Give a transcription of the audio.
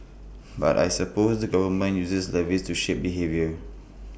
but I suppose the government uses levies to shape behaviour